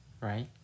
right